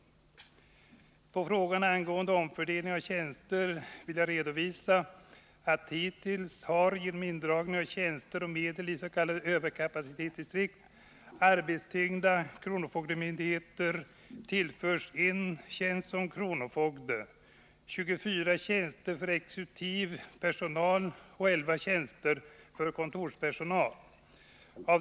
Fredagen den På frågan angående omfördelning av tjänster vill jag svara att hittills har 30 november 1979 genom indragning av tjänster och medel i s.k. överkapacitetsdistrikt arbetstyngda kronofogdemyndigheter tillförts 1 tjänst som kronofogde, 24 tjänster för exekutiv personal och 11 tjänster för kontorspersonal.